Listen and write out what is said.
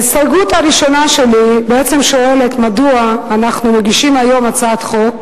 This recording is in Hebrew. ההסתייגות הראשונה שלי בעצם שואלת מדוע אנחנו מגישים היום הצעת חוק